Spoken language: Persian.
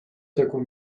تکون